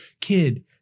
Kid